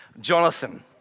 Jonathan